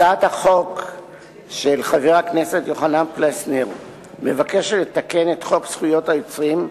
הצעת החוק של חבר הכנסת יוחנן פלסנר מבקשת לתקן את חוק זכות יוצרים,